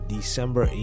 December